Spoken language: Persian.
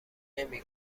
نمی